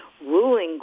ruling